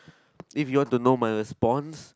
if you don't know my response